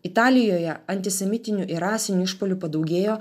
italijoje antisemitinių ir rasinių išpuolių padaugėjo